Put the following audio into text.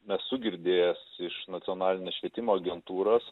nesu girdėjęs iš nacionalinės švietimo agentūros